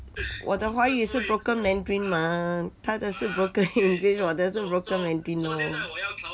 我的华语是 broken mandarin mah 她的是 broken english 我的是 broken mandarin orh